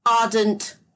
ardent